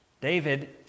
David